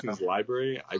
library